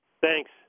Thanks